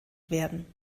werden